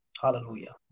Hallelujah